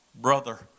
brother